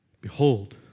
behold